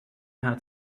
how